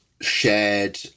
shared